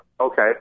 okay